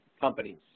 companies